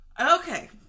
Okay